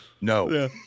No